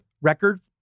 record